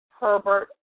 Herbert